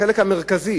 החלק המרכזי